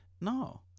No